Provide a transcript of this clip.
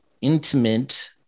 intimate